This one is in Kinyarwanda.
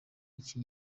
iki